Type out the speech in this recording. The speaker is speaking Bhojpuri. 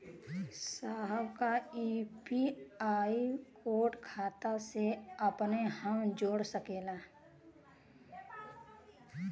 साहब का यू.पी.आई कोड खाता से अपने हम जोड़ सकेला?